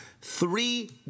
Three